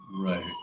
Right